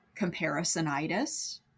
comparisonitis